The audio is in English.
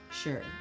Sure